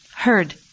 heard